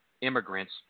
immigrants